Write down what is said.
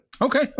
Okay